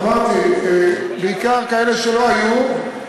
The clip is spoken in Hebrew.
אמרתי, בעיקר כאלה שלא היו.